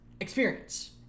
Experience